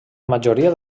majoria